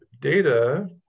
Data